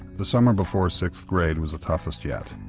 the summer before sixth grade was the toughest yet.